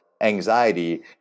anxiety